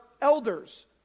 elders